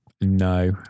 No